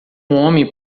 homem